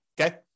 okay